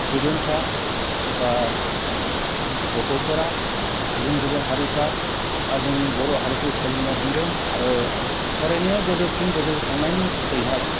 स्टुडेन्टफोरा एबा गथ'फोरा गुबुन गुबुन हारिफोरा दा जोंनि बर' हारिखौ सोलोंनो हमदों आरो फरायनाया गोजौथिं गोजौ थांनायनि थाखायहाय